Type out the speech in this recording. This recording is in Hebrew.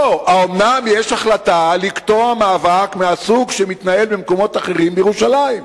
לא: האומנם יש החלטה לקטוע מאבק מהסוג שמתנהל במקומות אחרים בירושלים?